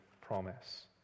promise